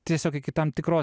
tiesiog iki tam tikros